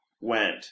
went